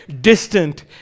distant